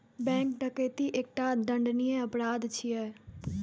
bank डकैती एकटा दंडनीय अपराध छियै